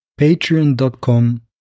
Patreon.com